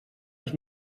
els